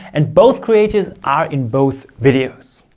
and both creators are in both videos.